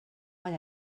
what